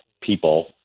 people